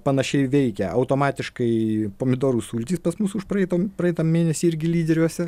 panašiai veikia automatiškai pomidorų sultys pas mus užpraeito praeitą mėnesį irgi lyderiuose